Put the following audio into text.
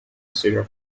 syrup